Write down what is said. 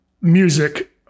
music